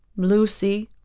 lucy,